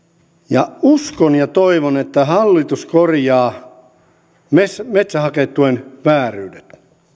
ja uskon ja toivon että hallitus korjaa metsähaketuen vääryydet